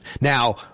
Now